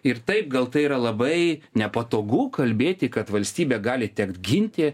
ir taip gal tai yra labai nepatogu kalbėti kad valstybę gali tekt ginti